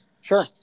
sure